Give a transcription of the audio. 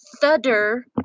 thunder